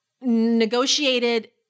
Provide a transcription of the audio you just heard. negotiated